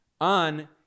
on